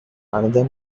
another